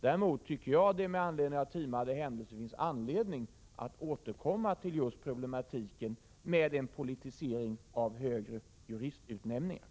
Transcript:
Däremot tycker jag att det med anledning av timade händelser finns anledning att återkomma till problematiken med en politisering av utnämningen av högre jurister.